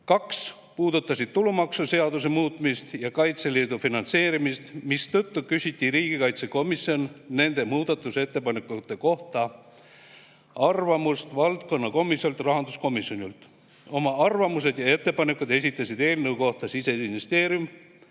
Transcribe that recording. kaks puudutasid tulumaksuseaduse muutmist ja Kaitseliidu finantseerimist, mistõttu küsis riigikaitsekomisjon nende muudatusettepanekute kohta arvamust valdkonna komisjonilt rahanduskomisjonilt. Oma arvamused ja ettepanekud esitasid eelnõu kohta Siseministeerium,